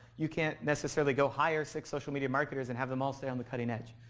you can't necessarily go hire six social media marketers and have them all sit on the cutting edge,